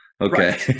Okay